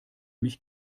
mich